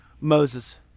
Moses